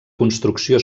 construcció